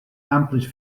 amplis